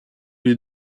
les